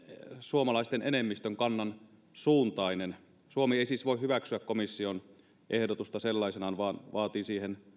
suomalaisten enemmistön kannan suuntainen suomi ei siis voi hyväksyä komission ehdotusta sellaisenaan vaan vaatii siihen